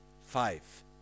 five